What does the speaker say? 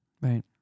Right